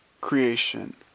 creation